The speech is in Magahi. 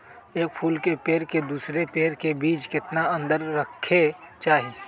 एक फुल के पेड़ के दूसरे पेड़ के बीज केतना अंतर रखके चाहि?